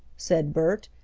said bert.